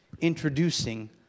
introducing